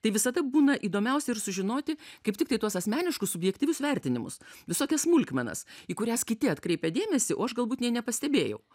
tai visada būna įdomiausia ir sužinoti kaip tiktai tuos asmeniškus subjektyvius vertinimus visokias smulkmenas į kurias kiti atkreipia dėmesį o aš galbūt nė nepastebėjau